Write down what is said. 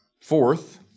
Fourth